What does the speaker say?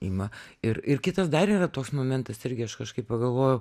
ima ir ir kitas dar yra toks momentas irgi aš kažkaip pagalvojau